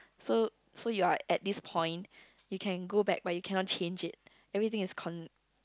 so so you are at this point you can go back but you cannot change it everything is